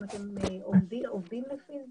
אם אתם עובדים לפי זה,